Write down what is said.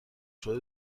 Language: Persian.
شده